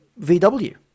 VW